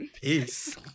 Peace